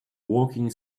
walking